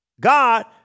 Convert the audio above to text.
God